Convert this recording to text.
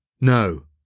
no